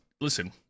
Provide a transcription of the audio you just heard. Listen